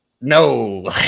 No